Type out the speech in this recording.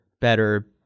better